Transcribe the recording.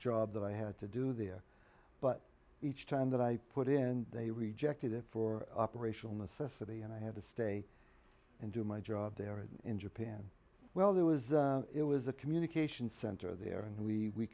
job that i had to do there but each time that i put in they rejected it for operational necessity and i had to stay and do my job there in japan well there was it was a communication center there and we